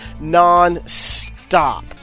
Non-stop